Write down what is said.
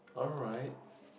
alright